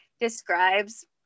describes